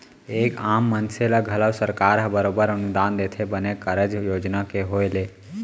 एक आम मनसे ल घलौ सरकार ह बरोबर अनुदान देथे बने कारज योजना के होय ले